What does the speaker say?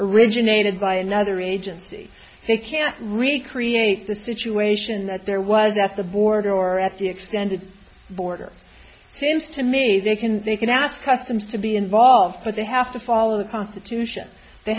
originated by another agency they can recreate the situation that there was at the border or at the extended border seems to me they can they can ask customs to be involved but they have to follow the constitution they